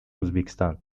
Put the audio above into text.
узбекистан